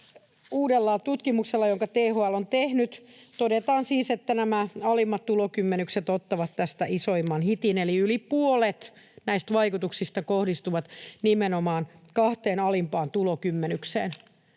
uudessa tutkimuksessa, jonka THL on tehnyt, todetaan siis, että nämä alimmat tulokymmenykset ottavat tästä isoimman hitin, eli yli puolet näistä vaikutuksista kohdistuu nimenomaan kahteen alimpaan tulokymmenykseen.